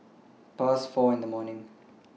Past four in The morning